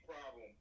problem